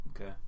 okay